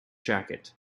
jacket